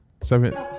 seven